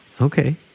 Okay